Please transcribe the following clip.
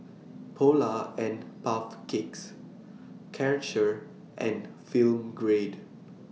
Polar and Puff Cakes Karcher and Film Grade